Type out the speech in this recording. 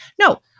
No